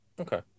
okay